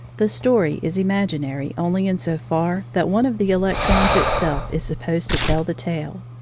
the story is imaginary only in so far that one of the electrons itself is supposed to tell the tale.